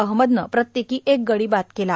अहमदनं प्रत्येकी एक गडी बाद केला